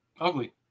Ugly